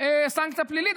סנקציה פלילית.